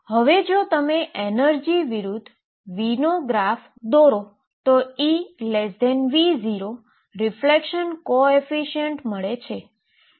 હવે જો તમે એનર્જી વિરુધ્ધ V નો ગ્રાફ દોરો તો EV0 રીફ્લલેક્શન કોએફીશીઅન્ટ મળે છે